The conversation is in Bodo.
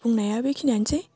बुंनाया बेखिनियानोसै